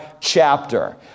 chapter